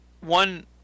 one